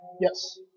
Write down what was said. yes